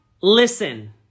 listen